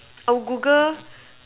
our Google